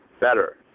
better